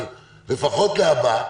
אבל לפחות להבא,